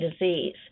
disease